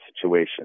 situation